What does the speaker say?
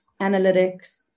analytics